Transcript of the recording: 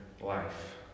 life